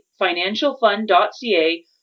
financialfund.ca